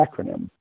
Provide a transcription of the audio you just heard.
acronym